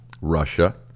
Russia